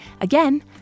Again